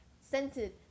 scented